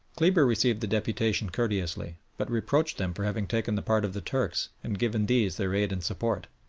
kleber received the deputation courteously, but reproached them for having taken the part of the turks, and given these their aid and support.